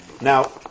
Now